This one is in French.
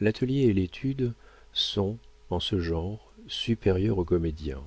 l'atelier et l'étude sont en ce genre supérieurs aux comédiens